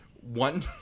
one